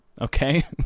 okay